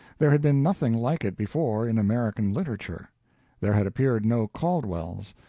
there had been nothing like it before in american literature there had appeared no caldwells,